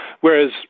Whereas